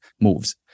moves